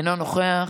אינו נוכח,